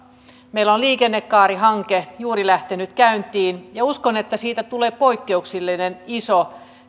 meillä on liikennekaarihanke juuri lähtenyt käyntiin ja uskon että siitä tulee poikkeuksellinen iso